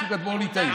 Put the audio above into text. סוג אדמו"ר ליטאי.